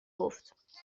گفت